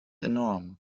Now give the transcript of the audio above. enorm